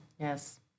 yes